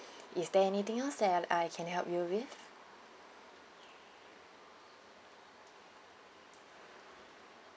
is there anything else that I can help you with